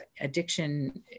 addiction